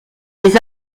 des